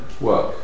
work